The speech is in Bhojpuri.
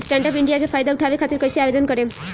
स्टैंडअप इंडिया के फाइदा उठाओ खातिर कईसे आवेदन करेम?